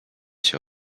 się